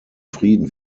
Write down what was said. frieden